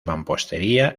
mampostería